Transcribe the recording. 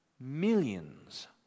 millions